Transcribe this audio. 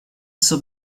zur